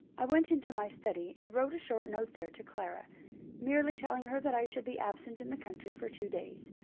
i went into my study, and wrote a short note there to clara merely telling her that i should be absent in the country for two days.